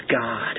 God